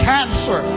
Cancer